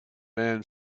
man